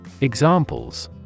Examples